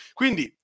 quindi